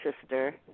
sister